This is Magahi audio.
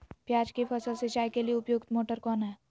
प्याज की फसल सिंचाई के लिए उपयुक्त मोटर कौन है?